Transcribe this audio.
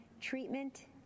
treatment